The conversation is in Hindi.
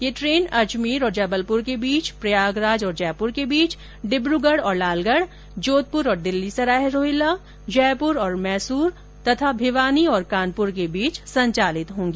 ये ट्रेन अजमेर और जबलपुर के बीच प्रयागराज और जयपुर के बीच डिब्रगढ़ और लालगढ़ जोधपुर और दिल्ली सराय रोहिल्ला जयपुर और मैसूर के बीच तथा भिवानी और कानपुर के बीच संचालित होंगी